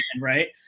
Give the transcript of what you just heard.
right